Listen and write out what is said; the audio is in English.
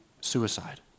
suicide